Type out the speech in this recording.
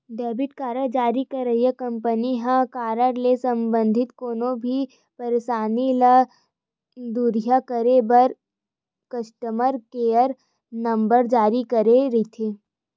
debit card जारी करइया company ह कारड ले संबंधित कोनो भी परसानी ल दुरिहा करे बर कस्टमर केयर नंबर जारी करे रहिथे